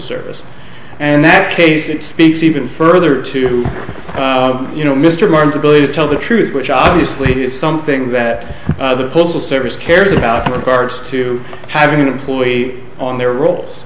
service and that case it speaks even further to you know mr martin's ability to tell the truth which obviously it is something that the postal service cares about the cards to have an employee on their r